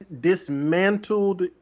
dismantled